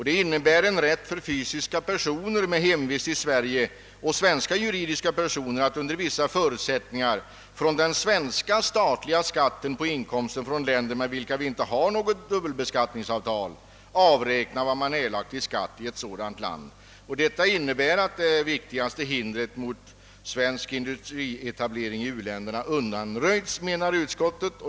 Det innebär rätt för fysiska personer med hemvist i Sverige och för svenska juridiska personer att under vissa förutsättningar från den svenska statliga skatten på inkomster från länder, med vilka vi inte har något dubbelbeskattningsavtal, avräkna vad man erlagt i skatt i ett sådant land. Därmed är det främsta hindret mot svensk industrietablering i u-länderna undanröjt, anser utskottet.